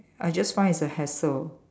I just find it's a hassle